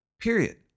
Period